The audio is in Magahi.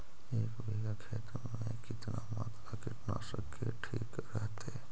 एक बीघा खेत में कितना मात्रा कीटनाशक के ठिक रहतय?